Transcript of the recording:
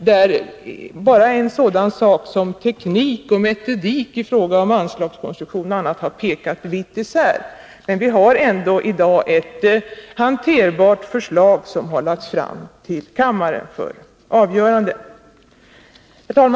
Bara för att nämna ett exempel, har det i sådana ting som teknik och metodik i fråga om anslagskonstruktion förelegat uppfattningar som pekat vitt isär. Men vi har ändå i dag ett hanterbart förslag, som har lagts fram till kammaren för avgörande. Herr talman!